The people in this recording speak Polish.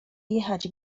jechać